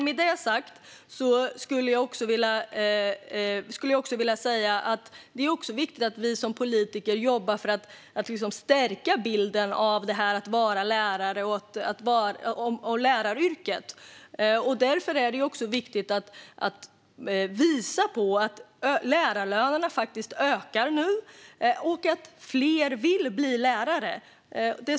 Med det sagt skulle jag också vilja säga att det är viktigt att vi som politiker jobbar för att stärka bilden av hur det är att vara lärare och av läraryrket. Därför är det också viktigt att visa att lärarlönerna faktiskt ökar nu och att fler vill bli lärare.